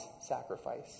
sacrifice